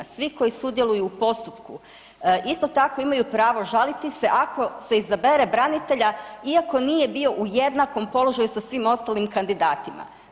Svi koji sudjeluju u postupku isto tako imaju pravo žaliti se ako se izabere branitelja iako nije bio u jednakom položaju sa svim ostalim kandidatima.